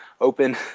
open